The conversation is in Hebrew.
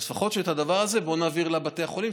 אז לפחות את הדבר הזה בואו נעביר לבתי החולים,